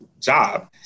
job